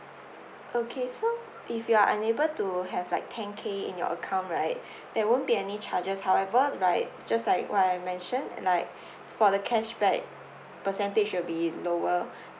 okay so if you are unable to have like ten K in your account right there won't be any charges however like just like what I mentioned like for the cashback percentage will be lower